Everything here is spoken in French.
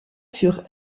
furent